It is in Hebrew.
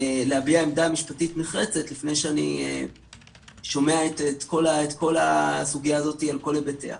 להביע עמדה משפטית נחרצת לפני שאני שומע את כל הסוגיה הזו על כל היבטיה.